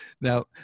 Now